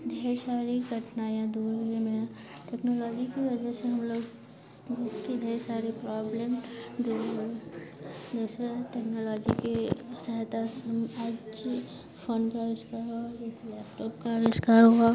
ढेर शारी कठिनाइयाँ दूर हुई हमें टेक्नोलॉजी की वजह से हम लोग जितनी ढेर सारी प्रॉब्लम दूर हुई जैसे टेक्नोलॉजी की सहायता से हम अज फ़ोन का इसका और इस लैपटॉप का इसका हुआ